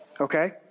Okay